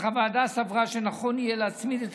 אך הוועדה סברה שנכון יהיה להצמיד את